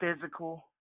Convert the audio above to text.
physical